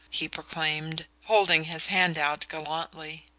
he proclaimed, holding his hand out gallantly.